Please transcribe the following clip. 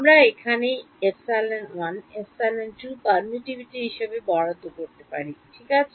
আমি এখানে ε1 ε2 permittivity হিসাবে বরাদ্দ করতে পারি ঠিক আছে